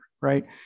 right